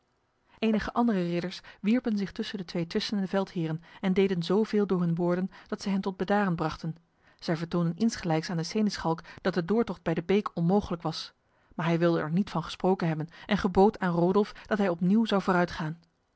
enige andere ridders wierpen zich tussen de twee twistende veldheren en deden zoveel door hun woorden dat zij hen tot bedaren brachten zij vertoonden insgelijks aan de seneschalk dat de doortocht bij de beek onmogelijk was maar hij wilde er niet van gesproken hebben en gebood aan rodolf dat hij opnieuw zou vooruitgaan